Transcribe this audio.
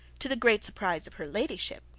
to the great surprise of her ladyship,